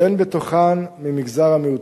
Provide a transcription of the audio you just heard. ואין בתוכן ממגזר המיעוטים.